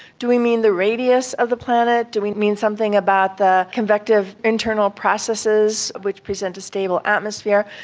do we mean the radius of the planet, do we mean something about the convective internal processes which present a stable atmosphere?